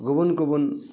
गुबुन गुबुन